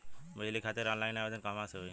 बिजली खातिर ऑनलाइन आवेदन कहवा से होयी?